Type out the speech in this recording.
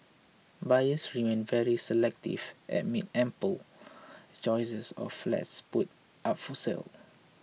buyers remain very selective amid ample choices of flats put up for sale